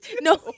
No